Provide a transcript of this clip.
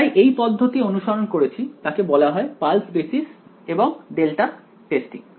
তাই এই পদ্ধতি অনুসরণ করেছি তাকে বলা হয় পালস বেসিস এবং ডেল্টা টেস্টিং